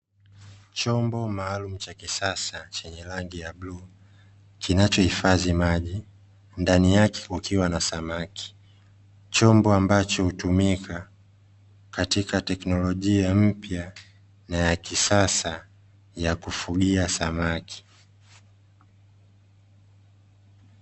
Chombo maalumu cha kisasa chenye rangi ya bluu kinachohifadhi maji, ndani yake kukiwa na samaki. Chombo ambacho hutumika katika teknolojia mpya na ya kisasa ya kufugia samaki.